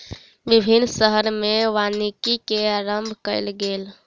विभिन्न शहर में वानिकी के आरम्भ कयल गेल